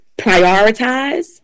prioritize